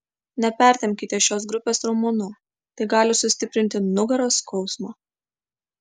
nepertempkite šios grupės raumenų tai gali sustiprinti nugaros skausmą